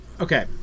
Okay